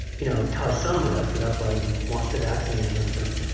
you know, cause some risk. that's why we want to vaccinate against them.